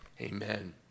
Amen